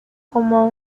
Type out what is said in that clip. como